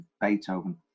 Beethoven